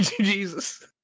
Jesus